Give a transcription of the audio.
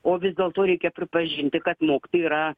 o vis dėlto reikia pripažinti kad mokytojai yra